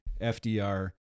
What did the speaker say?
FDR